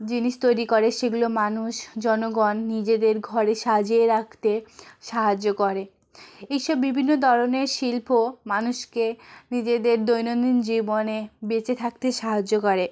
জিনিস তৈরি করে সেগুলো মানুষ জনগণ নিজেদের ঘরে সাজিয়ে রাখতে সাহায্য করে এইসব বিভিন্ন দরনের শিল্প মানুষকে নিজেদের দৈনন্দিন জীবনে বেঁচে থাকতে সাহায্য করে